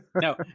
No